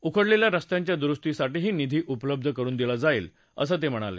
उखडलेल्या रस्त्यांच्या दुरुस्तीसाठीही निधी उपलब्ध करुन दिला जाईल असं त्यांनी सांगितलं